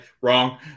wrong